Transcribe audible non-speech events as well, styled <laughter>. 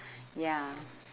<breath> ya